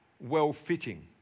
well-fitting